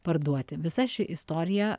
parduoti visa ši istorija